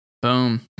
Boom